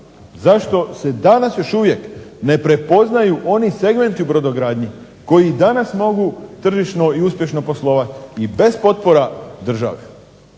Zašto se danas još uvijek ne prepoznaju oni segmenti u brodogradnji koji i danas mogu tržišno i uspješno poslovati i bez potpora države?